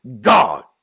God